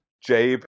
Jabe